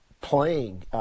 playing